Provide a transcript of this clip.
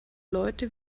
leute